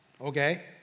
Okay